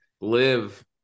live